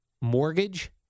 mortgage